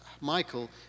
michael